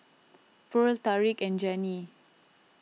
Purl Tariq and Janie